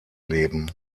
leben